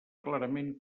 clarament